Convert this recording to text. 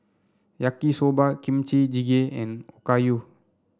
Yaki Soba Kimchi Jjigae and Okayu